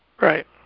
Right